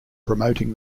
promoting